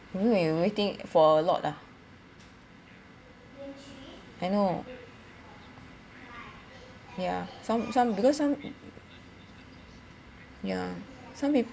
you and you're waiting for a lot ah I know ya some some because some ya some peo~